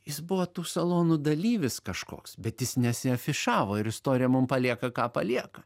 jis buvo tų salonų dalyvis kažkoks bet jis nesiafišavo ir istorija mum palieka ką palieka